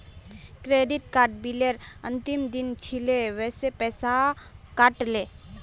credit card बिलेर अंतिम दिन छिले वसे पैसा कट ले